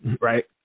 right